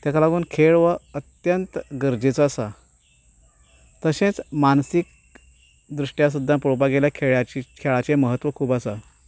ताका लागून खेळ हो अत्यंत गरजेचो आसा तशेंच मानसीक दृश्टीन सुद्दां पळोवपाक गेल्यार ह्या खेळाचें म्हत्व खूब आसा